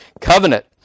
covenant